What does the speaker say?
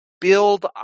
build